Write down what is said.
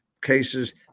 cases